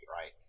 right